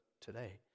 today